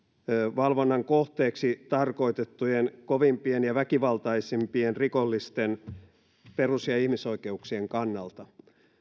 valvonnan kohteeksi tarkoitettujen kovimpien ja väkivaltaisimpien rikollisten perus ja ihmisoikeuksien kannalta